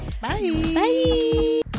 Bye